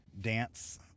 Dance